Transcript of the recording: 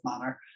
manner